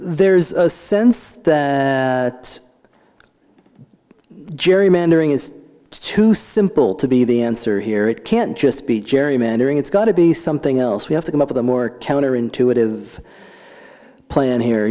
there's a sense it's gerrymandering is too simple to be the answer here it can't just be gerrymandering it's got to be something else we have to come up with a more counterintuitive plan here